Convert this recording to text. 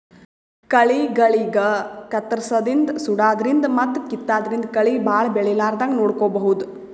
ಕಳಿಗಳಿಗ್ ಕತ್ತರ್ಸದಿನ್ದ್ ಸುಡಾದ್ರಿನ್ದ್ ಮತ್ತ್ ಕಿತ್ತಾದ್ರಿನ್ದ್ ಕಳಿ ಭಾಳ್ ಬೆಳಿಲಾರದಂಗ್ ನೋಡ್ಕೊಬಹುದ್